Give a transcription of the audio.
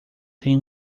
tem